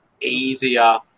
easier